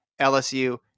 lsu